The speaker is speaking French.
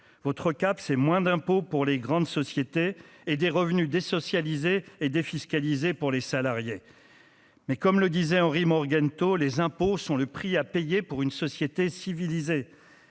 votre CAP, c'est moins d'impôts pour les grandes sociétés et des revenus désocialisées et défiscalisées pour les salariés, mais comme le disait Henry Morgenthau, les impôts sont le prix à payer pour une société civilisée